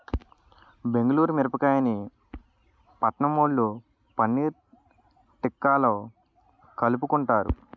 బెంగుళూరు మిరపకాయని పట్నంవొళ్ళు పన్నీర్ తిక్కాలో కలుపుకుంటారు